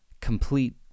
complete